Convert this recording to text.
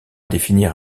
définir